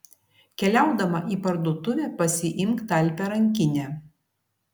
keliaudama į parduotuvę pasiimk talpią rankinę